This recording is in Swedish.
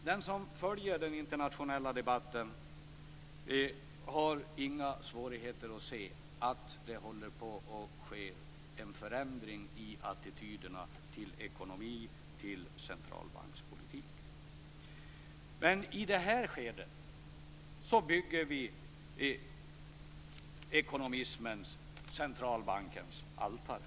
Den som följer den internationella debatten har inga svårigheter att se att det håller på att ske en förändring i attityderna till ekonomi och till centralbankspolitik. Men i det här skedet bygger vi ekonomismens/centralbankens altare.